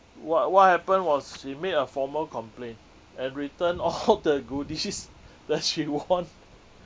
what what happened was she made a formal complaint and returned all the goodies that she won